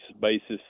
basis